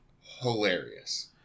hilarious